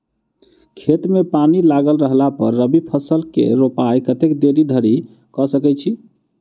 खेत मे पानि लागल रहला पर रबी फसल केँ रोपाइ कतेक देरी धरि कऽ सकै छी?